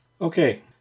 Okay